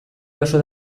jaso